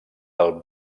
del